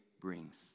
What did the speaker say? brings